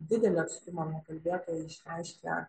didelį atstumą nuo kalbėtojo išreiškia